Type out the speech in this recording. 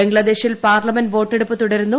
ബംഗ്ലാദേശിൽ പാർ്ലമെന്റ് വോട്ടെടുപ്പ് തുടരുന്നു